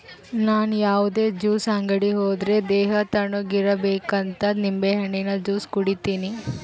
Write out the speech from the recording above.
ನನ್ ಯಾವುದೇ ಜ್ಯೂಸ್ ಅಂಗಡಿ ಹೋದ್ರೆ ದೇಹ ತಣ್ಣುಗಿರಬೇಕಂತ ನಿಂಬೆಹಣ್ಣಿನ ಜ್ಯೂಸೆ ಕುಡೀತೀನಿ